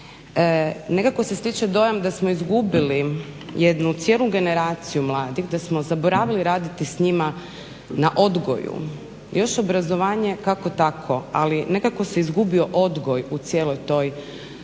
Nekako se stječe dojam da smo izgubili jednu cijelu generaciju mladih, da smo zaboravili raditi s njima na odgoju, još obrazovanje kako tako, ali nekako se izgubio odgoju cijeloj toj